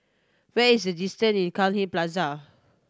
where is the distance in Cairnhill Plaza